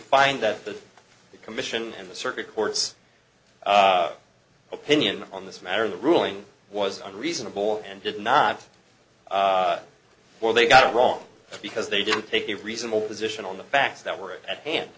find that the commission and the circuit courts opinion on this matter the ruling was and reasonable and did not or they got it wrong because they didn't take a reasonable position on the facts that were at hand